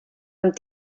amb